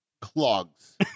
Clogs